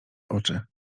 oczy